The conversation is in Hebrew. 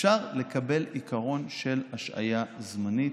אפשר לקבל עיקרון של השעיה זמנית,